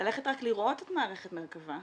ללכת רק לראות את מערכת מרכב"ה